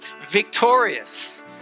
victorious